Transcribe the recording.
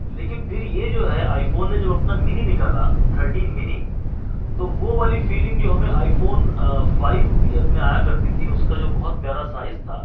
لیکن پھر یہ جو ہے آئی فون نے جب اپنا منی نکالا تھرٹین منی تو وہ والی فیلنگ جو ہمیں آئی فون فائیو میں آیا کرتی تھی اس کا جو بہت پیارا سائز تھا